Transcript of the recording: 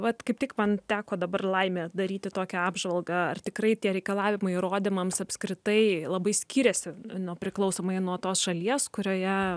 vat kaip tik man teko dabar laimė daryti tokią apžvalgą ar tikrai tie reikalavimai įrodymams apskritai labai skiriasi nuo priklausomai nuo tos šalies kurioje